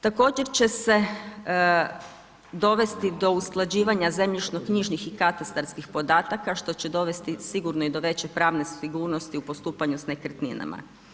Također će se dovesti do usklađivanja zemljišno-knjižnih i katastarskih podataka što će dovesti sigurno i do veće pravne sigurnosti u postupanju s nekretninama.